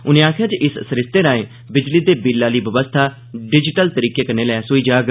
उनें आक्खेआ जे इस सरिस्ते राएं बिजली दे बिल आली बवस्था डिजिटल तरीके कन्नै लैस होई जाग